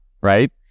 Right